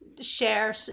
share